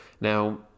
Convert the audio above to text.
Now